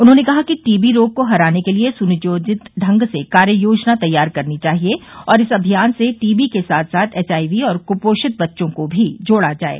उन्होंने कहा कि टीबी रोग को हराने के लिये सुनियोजित ढंग से कार्य योजना तैयार करनी चाहिये और इस अभियान से टीबी के साथ साथ एवआईवी और कुपोषित बच्चों को भी जोड़ा जाये